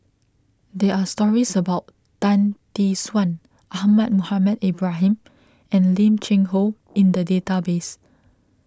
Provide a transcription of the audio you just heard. there are stories about Tan Tee Suan Ahmad Mohamed Ibrahim and Lim Cheng Hoe in the database